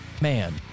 man